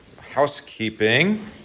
housekeeping